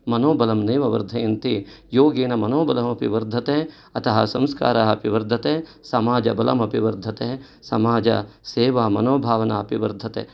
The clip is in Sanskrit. मनोबलं नैव वर्धयन्ति योगेन मनोबलमपि वर्धते अतः संस्काराः अपि वर्धते समाजबलमपि वर्धते समाजसेवामनोभावना अपि वर्धते